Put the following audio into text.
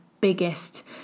biggest